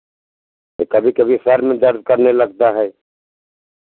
कभी कभी सर में दर्द करने लगता है